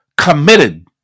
committed